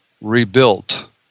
rebuilt